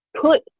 put